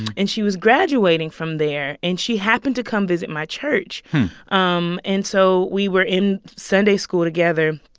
and she was graduating from there, and she happened to come visit my church um and so we were in sunday school together.